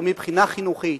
או מבחינה חינוכית,